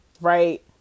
right